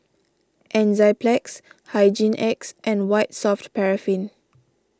Enzyplex Hygin X and White Soft Paraffin